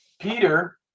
Peter